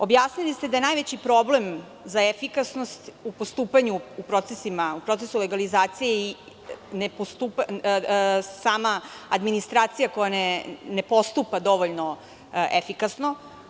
Objasnili ste da je najveći problem za efikasnost u postupanju u procesu legalizacije sama administracija koja ne postupa dovoljno efikasno.